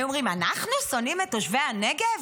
היו אומרים: אנחנו שונאים את תושבי הנגב?